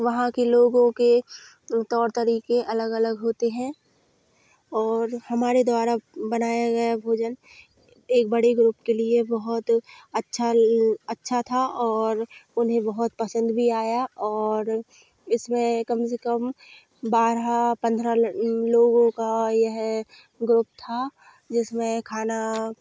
वहाँ के लोगों के तौर तरीके अलग अलग होते हैं और हमारे द्वारा बनाया हुआ भोजन एक बड़ी ग्रुप के लिए बहुत अच्छा ले ले अच्छा था और उन्हें बहुत पसंद भी आया और इसमें कम से कम बारह पंद्रह लोगों का यह ग्रुप था जिसमें खाना